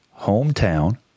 hometown